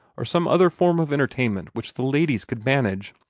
or some other form of entertainment which the ladies could manage?